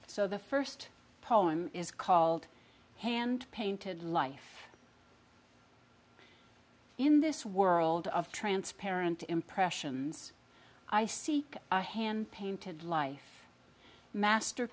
so the first poem is called hand painted life in this world of transparent impressions i see a hand painted life master